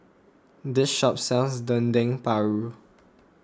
this shop sells Dendeng Paru